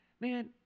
man